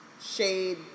shade